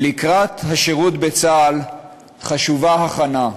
ולקראת השירות בצה"ל חשובה הכנה,